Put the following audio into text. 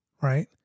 right